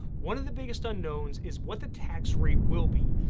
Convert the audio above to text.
one of the biggest unknowns, is what the tax rate will be.